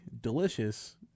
delicious